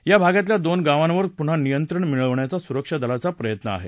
या भागातल्या दोन गावांवर पुन्हा नियंत्रण मिळवण्याचा सुरक्षा दलाचा प्रयत्न होता